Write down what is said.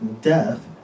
death